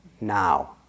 now